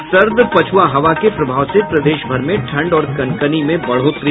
और सर्द पछुआ हवा के प्रभाव से प्रदेश भर में ठंड और कनकनी में बढ़ोतरी